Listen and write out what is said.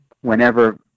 whenever